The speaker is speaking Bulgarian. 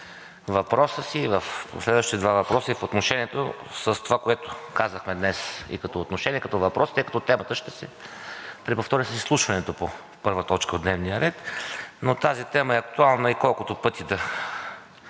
въпроса си и в следващите два въпроса, и в отношението, с това, което казахме днес – и като отношение, и като въпрос, тъй като темата ще се преповтори с изслушването по първа точка от дневния ред. Но тази тема е актуална и колкото пъти да